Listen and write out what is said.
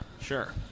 Sure